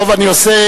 טוב, אני עושה